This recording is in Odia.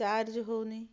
ଚାର୍ଜ ହେଉନି